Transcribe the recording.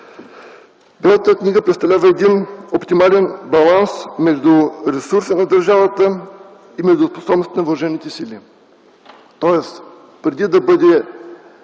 Бялата книга представлява оптимален баланс между ресурса на държавата и способностите на въоръжените сили. Тоест, преди да бъде